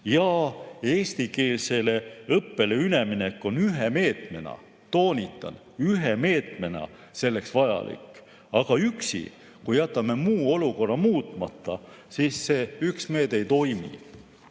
Ja eestikeelsele õppele üleminek on ühe meetmena – toonitan: ühe meetmena – selleks vajalik, aga üksi, kui jätame muu olukorra muutmata, see üks meede ei toimi.